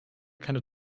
keine